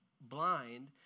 blind